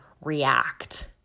react